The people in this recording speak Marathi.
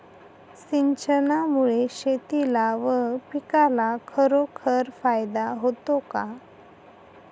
सिंचनामुळे शेतीला व पिकाला खरोखर फायदा होतो का?